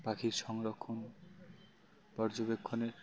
পাখির সংরক্ষণ পর্যবেক্ষণের